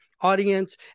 audience